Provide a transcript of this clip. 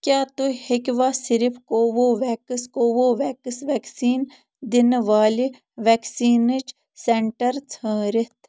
کیٛاہ تُہۍ ہیٚکوا صرف کوٚو وو ویٚکٕس کوٚو وو ویٚکٕس ویٚکسیٖن دِنہٕ وٲلہِ ویٚکسیٖنٕچ سیٚنٹر ژھٲرتھ